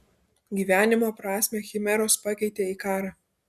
gyvenimo prasmę chimeros pakeitė į karą